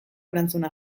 erantzuna